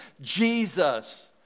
Jesus